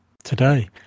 today